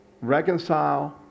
reconcile